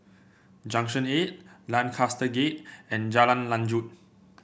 Junction Eight Lancaster Gate and Jalan Lanjut